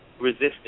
resisting